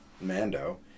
Mando